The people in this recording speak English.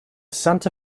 santa